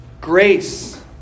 grace